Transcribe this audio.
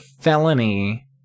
felony